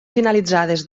finalitzades